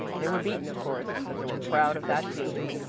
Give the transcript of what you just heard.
they were beaten, of course, but they were proud of that team.